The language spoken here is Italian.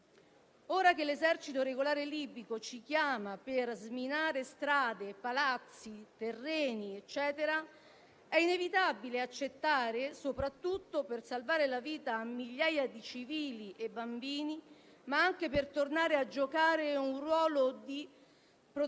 Ora che l'esercito regolare libico ci chiama per sminare strade, palazzi, terreni, eccetera, è inevitabile accettare, soprattutto per salvare la vita a migliaia di civili e bambini, ma anche per tornare a giocare un ruolo da protagonisti